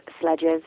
sledges